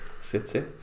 City